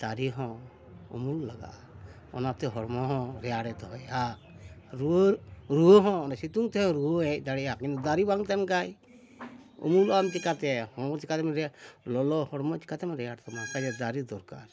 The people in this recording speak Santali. ᱫᱟᱨᱮ ᱦᱚᱸ ᱩᱢᱩᱞ ᱞᱟᱜᱟᱜᱼᱟ ᱚᱱᱟᱛᱮ ᱦᱚᱲᱢᱚ ᱦᱚᱸ ᱨᱮᱭᱟᱲᱮ ᱫᱚᱦᱚᱭᱮᱜᱼᱟ ᱨᱩᱣᱟᱹ ᱦᱚᱸ ᱚᱱᱮ ᱥᱤᱛᱩᱝ ᱛᱮᱦᱚᱸ ᱨᱩᱣᱟᱹ ᱦᱮᱡ ᱫᱟᱲᱮᱭᱟᱜᱼᱟ ᱠᱤᱱᱛᱩ ᱫᱟᱨᱮ ᱵᱟᱝ ᱛᱟᱦᱮᱱ ᱠᱷᱟᱡ ᱩᱢᱩᱞᱚᱜᱼᱟᱢ ᱪᱤᱠᱟᱹᱛᱮ ᱦᱚᱲᱢᱚ ᱪᱤᱠᱟᱹᱛᱮᱢ ᱨᱮᱭᱟᱲ ᱞᱚᱞᱚ ᱦᱚᱲᱢᱚ ᱪᱤᱠᱟᱹᱛᱮᱢ ᱨᱮᱭᱟᱲ ᱛᱟᱢᱟ ᱚᱱᱠᱟᱜᱮ ᱫᱟᱨᱮ ᱫᱚᱨᱠᱟᱨ